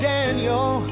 Daniel